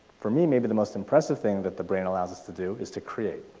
for me, maybe the most impressive thing that the brain allows us to do is to create,